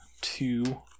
two